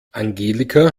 angelika